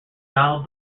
donald